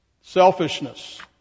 Selfishness